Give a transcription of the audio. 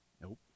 Nope